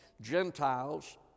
Gentiles